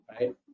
right